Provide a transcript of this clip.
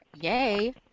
Yay